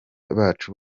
bacu